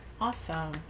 awesome